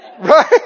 Right